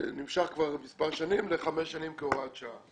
שנמשך כבר מספר שנים, לחמש שנים כהוראת שעה.